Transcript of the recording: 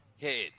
head